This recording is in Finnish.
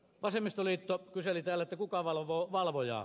vasemmistoliitto kyseli täällä kuka valvoo valvojaa